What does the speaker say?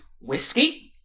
Whiskey